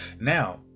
Now